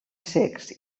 cecs